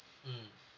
mmhmm